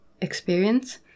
experience